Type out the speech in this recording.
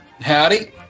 Howdy